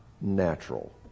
natural